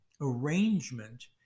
arrangement